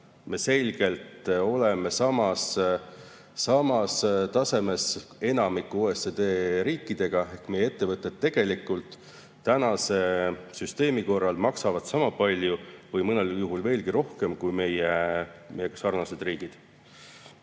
selgelt samal tasemel enamiku OECD riikidega. Ehk meie ettevõtted maksavad tegelikult tänase süsteemi korral sama palju või mõnel juhul veelgi rohkem kui meiega sarnased riigid.